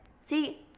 see